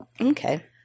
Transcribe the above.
Okay